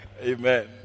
amen